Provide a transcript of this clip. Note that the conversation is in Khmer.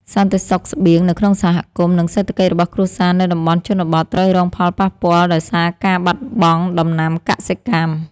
សន្តិសុខស្បៀងនៅក្នុងសហគមន៍ និងសេដ្ឋកិច្ចរបស់គ្រួសារនៅតំបន់ជនបទត្រូវរងផលប៉ះពាល់ដោយសារការបាត់បង់ដំណាំកសិកម្ម។